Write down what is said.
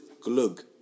glug